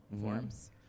forms